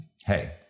hey